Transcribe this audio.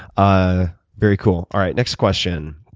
ah very cool. all right, next question.